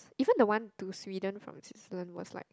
even the one to Sweden from Switzerland was like